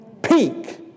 Peak